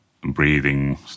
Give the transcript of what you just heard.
breathing